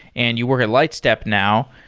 and you work at lightstep now.